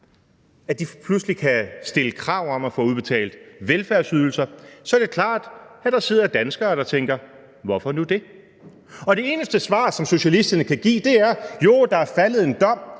ret pludselig kan stille krav om at få udbetalt velfærdsydelser, er det klart, at der sidder danskere, der tænker: Hvorfor nu det? Og det eneste svar, som socialisterne kan give, er, at der er faldet en dom